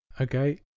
okay